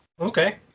Okay